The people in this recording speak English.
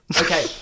Okay